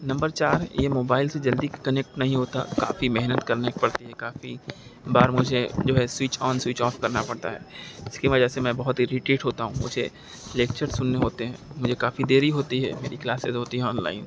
number چار یہ mobile سے جلدی کنیکٹ نہیں ہوتا کافی محنت کرنے پڑتی ہے کافی بار مجھے جو ہے سوئچ آن سوئچ آف کرنا پڑتا ہے اس کی وجہ سے میں بہت ایریٹیٹ ہوتا ہوں مجھے لیکچر سننے ہوتے ہیں مجھے کافی دیری ہوتی ہے میری کلاسیز ہوتی ہیں آن لائن